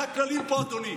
זה הכללים פה, אדוני.